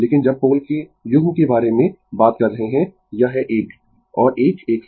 लेकिन जब पोल के युग्मों के बारे में बात कर रहे है यह है 1 और 1 एक साथ